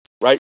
right